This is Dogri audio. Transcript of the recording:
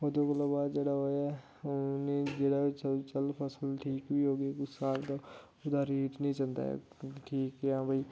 ओह्दे कोला बाच जेह्ड़ा ओह् ऐ उ'नें ई जेह्ड़ा ओह् ऐ चल चल फसल ठीक बी होगी उस साल दा ओह्दा रेट निं जन्दा ठीक के हा भाई